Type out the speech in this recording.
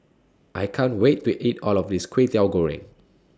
I can't Wait to eat All of This Kwetiau Goreng